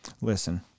Listen